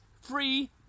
free